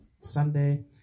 Sunday